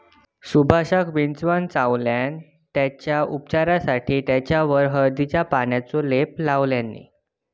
सुभाषका विंचवान चावल्यान तेच्या उपचारासाठी तेच्यावर हळदीच्या पानांचो लेप लावल्यानी